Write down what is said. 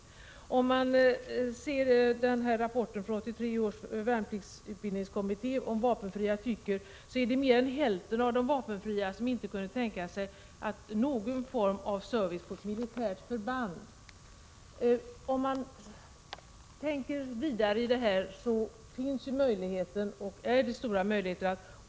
Enligt rapporten från 1983 års värnpliktsutbildningskommitté om vad de vapenfria tycker är det mer än hälften av de vapenfria som inte kan tänka sig någon form av service på ett militärt förband.